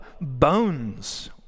bones